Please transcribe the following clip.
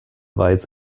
weise